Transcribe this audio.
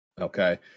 Okay